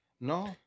No